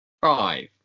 Five